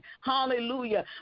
Hallelujah